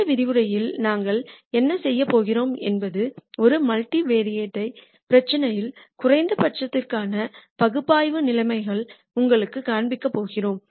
இந்த விரிவுரையில் நாங்கள் என்ன செய்யப் போகிறோம் என்பது ஒரு மல்டிவெரைட் ப் பிரச்சினையில் குறைந்தபட்சத்திற்கான பகுப்பாய்வு நிலைமைகளை உங்களுக்குக் காண்பிக்கப் போகிறோம்